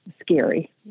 scary